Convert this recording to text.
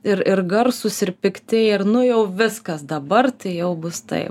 ir ir garsūs ir pikti ir nu jau viskas dabar tai jau bus tai